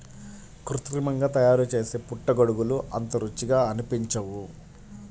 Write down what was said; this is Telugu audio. కృత్రిమంగా తయారుచేసే పుట్టగొడుగులు అంత రుచిగా అనిపించవు